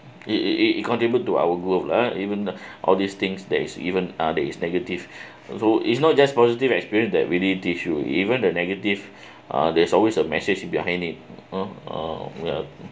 it it it contribute to our group lah even all these things that is even uh that is negative so it's not just positive experience that really teach you even the negative uh there's always a message behind it uh oh ya